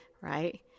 Right